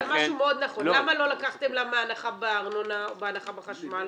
דבר מאוד נכון: למה לא לקחתם לה מהנחה בארנונה או הנחה בחשמל?